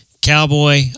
Cowboy